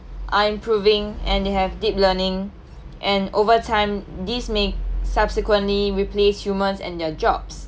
are improving and they have deep learning and over time this may subsequently replace humans and their jobs